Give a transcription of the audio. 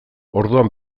orduan